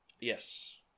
yes